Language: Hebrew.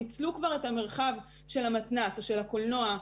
ניצלו כבר את המרחב של המתנ"ס או של הקולנוע,